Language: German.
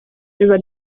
über